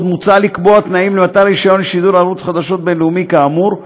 עוד מוצע לקבוע תנאים למתן רישיון לשידור ערוץ חדשות בין-לאומי כאמור,